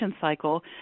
cycle